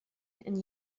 and